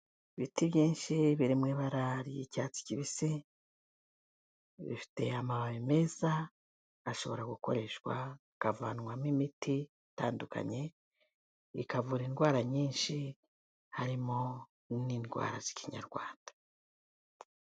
Ibiti byinshi biri mu ibarari ry'cyatsi kibisi bifite amababi meza ashobora gukoreshwa akavanwamo imiti itandukanye, ikavura indwara nyinshi harimo n'indwara z'Ikinyarwanda.